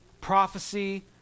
Prophecy